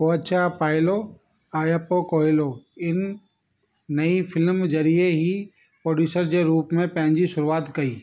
कोचा Paulo आयप्पो Coelho हिन नई फ़िल्म ज़रिए ई प्रोड्यूसर जे रूप में पंहिंजी शुरूआति कई